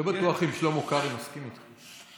אני לא בטוח אם שלמה קרעי מסכים איתך.